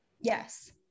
yes